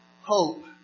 hope